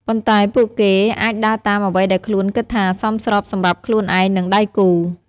ប៉ុន្តែពួកគេអាចដើរតាមអ្វីដែលខ្លួនគិតថាសមស្របសម្រាប់ខ្លួនឯង និងដៃគូ។